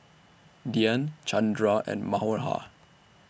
Dhyan Chandra and Manohar